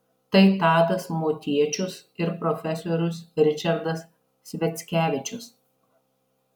tai tadas motiečius ir profesorius ričardas sviackevičius